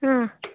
ಹಾಂ